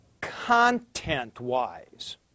content-wise